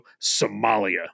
Somalia